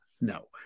no